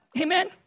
Amen